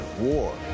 war